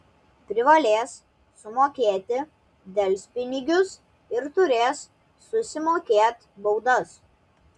privalės sumokėti delspinigius ir turės susimokėt baudas